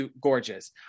gorgeous